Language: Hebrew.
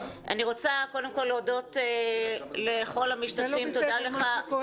אני רוצה קודם כל להודות לכל המשתתפים --- זה לא בסדר מה שקורה.